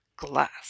Glass